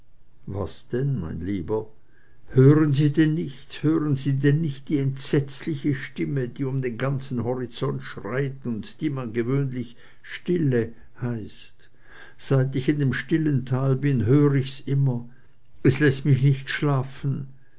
was denn mein lieber hören sie denn nichts hören sie denn nicht die entsetzliche stimme die um den ganzen horizont schreit und die man gewöhnlich die stille heißt seit ich in dem stillen tal bin hör ich's immer es läßt mich nicht schlafen